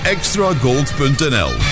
Extragold.nl